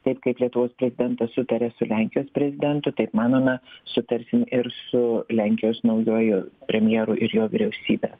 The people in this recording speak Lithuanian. taip kaip lietuvos prezidentas sutaria su lenkijos prezidentu taip manome sutarsim ir su lenkijos naujuoju premjeru ir jo vyriausybe